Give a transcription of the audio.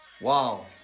wow